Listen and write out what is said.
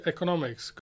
Economics